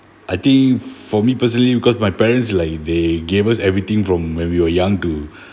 I think for me personally because my parents like they gave us everything from when we were young to